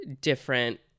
different